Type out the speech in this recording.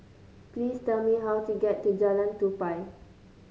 please tell me how to get to Jalan Tupai